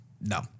No